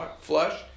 flush